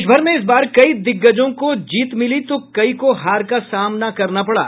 देश भर में इस बार कई दिग्गजों को जीत मिली तो कई को हार का सामना करना पड़ा